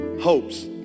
hopes